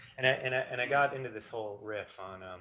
and and, and i got into this whole riff on